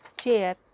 chair